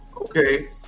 okay